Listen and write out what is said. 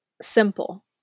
simple